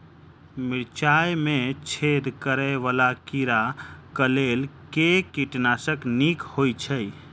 मिर्चाय मे छेद करै वला कीड़ा कऽ लेल केँ कीटनाशक नीक होइ छै?